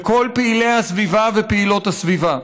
לכל פעילי הסביבה ופעילות הסביבה,